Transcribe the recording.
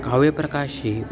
काव्यप्रकाशे